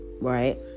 Right